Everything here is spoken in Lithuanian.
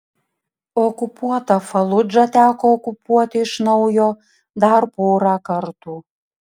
okupuotą faludžą teko okupuoti iš naujo dar porą kartų